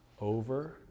over